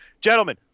Gentlemen